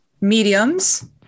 mediums